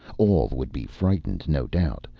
all would be frightened, no doubt,